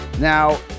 Now